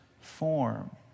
form